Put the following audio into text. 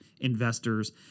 investors